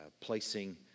placing